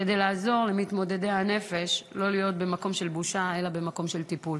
כדי לעזור למתמודדי הנפש לא להיות במקום של בושה אלא במקום של טיפול.